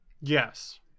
Yes